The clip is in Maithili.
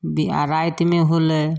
आ रातिमे होलै